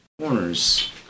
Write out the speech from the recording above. corners